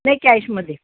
नाही कॅशमध्ये